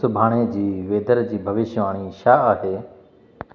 सुभाणे जी वेदर जी भविष्यवाणी छा आहे